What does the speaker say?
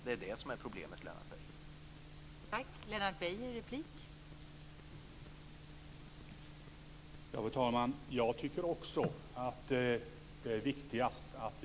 Det är det som är problemet, Lennart Beijer.